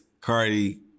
Cardi